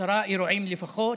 בעשרה אירועים לפחות.